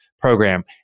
program